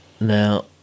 Now